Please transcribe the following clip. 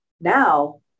now